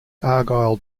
argyle